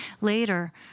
Later